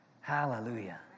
Hallelujah